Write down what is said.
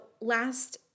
last